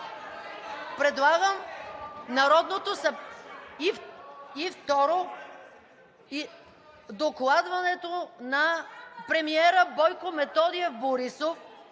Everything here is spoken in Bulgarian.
Предлагам Народното събрание – и, второ, докладването на премиера Бойко Методиев Борисов